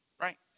Right